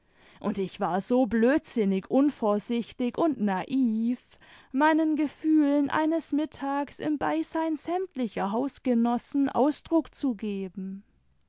und ich war so blödsinnig unvorsichtig und naiv meinen gefühlen eines mittags im beisein sämtlicher hausgenossen ausdruck zu geben